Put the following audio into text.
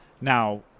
Now